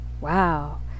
Wow